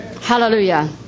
Hallelujah